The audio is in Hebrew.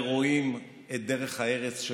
ורואים את דרך הארץ שלך,